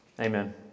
Amen